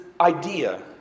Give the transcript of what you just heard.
idea